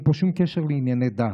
אין פה שום קשר לענייני דת,